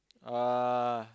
ah